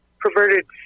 perverted